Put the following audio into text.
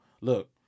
look